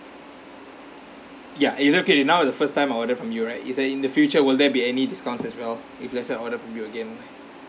ya it's okay now the first time I order from you right is there in the future will there be any discounts as well if let's say order from you again